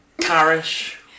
Parish